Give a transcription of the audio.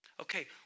Okay